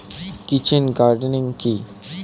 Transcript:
Kitchen gardening কি?